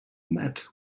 mat